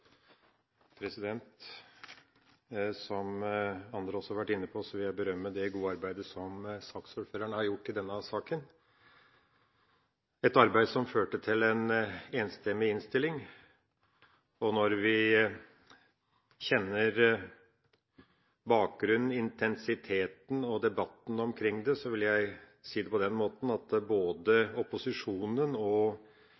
Som andre også har vært inne på, vil jeg berømme det gode arbeidet som saksordføreren har gjort i denne saken – et arbeid som førte til en enstemmig innstilling. Når vi kjenner bakgrunnen, intensiteten og debatten omkring det, vil jeg si det på den måten at både